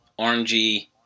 orangey